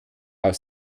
aus